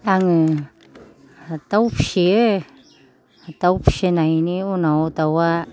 आङो दाव फिसियो दाव फिसिनायनि उनाव दावा